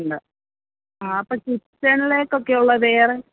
ഉണ്ട് ആ അപ്പം കിച്ചണിലേക്കൊക്കെ ഉള്ള വേറെ